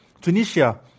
Tunisia